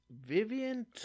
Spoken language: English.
Vivian